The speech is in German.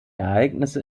ereignisse